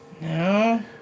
No